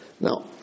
now